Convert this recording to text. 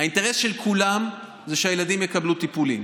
האינטרס של כולם זה שהילדים יקבלו טיפולים.